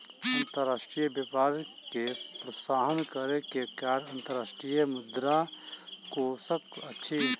अंतर्राष्ट्रीय व्यापार के प्रोत्साहन करै के कार्य अंतर्राष्ट्रीय मुद्रा कोशक अछि